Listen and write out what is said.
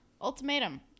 ultimatum